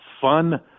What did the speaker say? fun